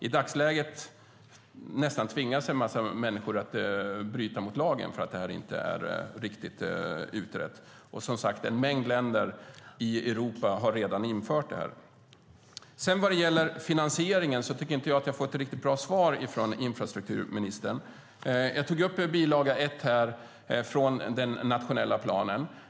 I dagsläget nästan tvingas en massa människor att bryta mot lagen eftersom det inte är riktigt utrett. Som sagt: En mängd länder i Europa har redan infört detta. Beträffande finansieringen tyckte jag inte att jag fick ett riktigt bra svar från infrastrukturministern. Jag tog upp bil. 1 från den nationella planen.